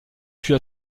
fut